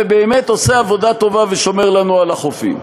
ובאמת עושה עבודה טובה ושומר לנו על החופים.